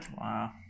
wow